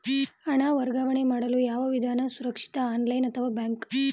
ಹಣ ವರ್ಗಾವಣೆ ಮಾಡಲು ಯಾವ ವಿಧಾನ ಸುರಕ್ಷಿತ ಆನ್ಲೈನ್ ಅಥವಾ ಬ್ಯಾಂಕ್?